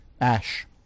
Ash